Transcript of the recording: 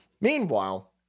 Meanwhile